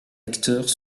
acteurs